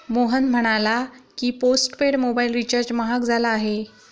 मोहन म्हणाला की, postpaid mobile recharge महाग झाला आहे